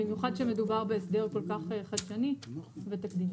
במיוחד כשמדובר בהסדר כל כך חדשני ותקדימי.